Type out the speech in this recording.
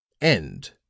End